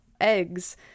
eggs